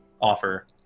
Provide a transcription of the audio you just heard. offer